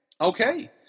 Okay